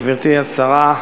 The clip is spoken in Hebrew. גברתי השרה,